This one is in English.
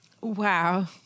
Wow